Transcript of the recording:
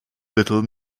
little